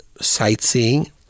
sightseeing